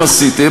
עשיתם.